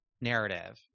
narrative